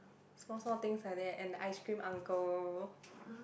small small things like that and the ice cream uncle